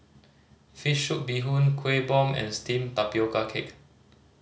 fish soup bee hoon Kueh Bom and steamed tapioca cake